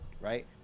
right